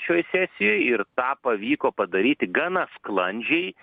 šioj sesijoj ir tą pavyko padaryti gana sklandžiai